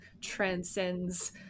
transcends